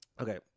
Okay